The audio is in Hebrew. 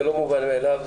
זה לא מובן מאליו,